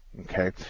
Okay